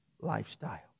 lifestyle